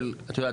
את יודעת,